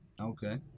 Okay